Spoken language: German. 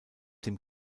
dem